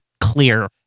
clear